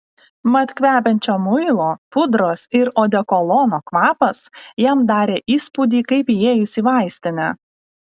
mat kvepiančio muilo pudros ir odekolono kvapas jam darė įspūdį kaip įėjus į vaistinę